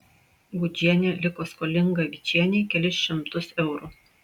gudžienė liko skolinga vičienei kelis šimtus eurų